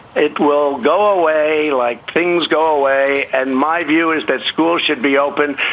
it will go away like things go away. and my view is that schools should be open.